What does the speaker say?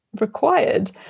required